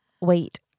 Wait